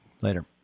Later